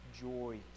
joy